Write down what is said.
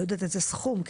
לא יודעת איזה סכום.